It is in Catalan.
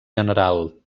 general